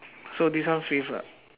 so this one fifth ah